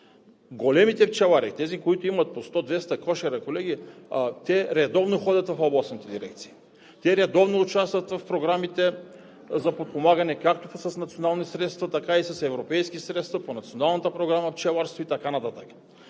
Големите пчелари – тези, които имат по 100, 200 кошера, колеги, редовно ходят в областните дирекции. Те редовно участват в програмите за подпомагане както с национални средства, така и с европейски средства по Националната програма „Пчеларство“ и така нататък.